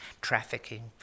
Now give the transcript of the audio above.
trafficking